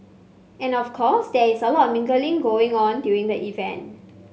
and of course there is a lot mingling going on during the event